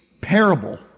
parable